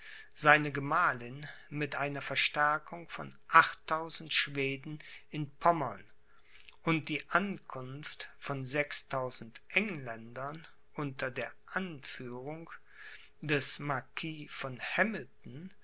seine gemahlin mit einer verstärkung von achttausend schweden in pommern und die ankunft von sechstausend engländern unter der anführung des marquis von hamilton